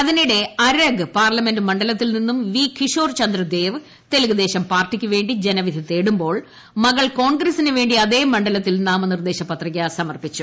അതിനിടെ അരഗ് പാർലമെന്റ് മണ്ഡലത്തിൽ നിന്ന് വി കിഷോർചന്ദ്ര ദേവ് തെലുങ്ക് ദേശം പാർട്ടിയ്ക്കുവേണ്ടി ജനവിധി തേടുമ്പോൾ മകൾ കോൺഗ്രസ്സിനുവേണ്ടി അതേ മണ്ഡലത്തിൽ നാമനിർദ്ദേശ പത്രിക സമർപ്പിച്ചു